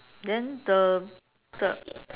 then the the